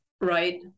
Right